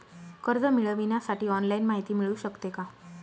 कर्ज मिळविण्यासाठी ऑनलाईन माहिती मिळू शकते का?